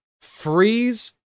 freeze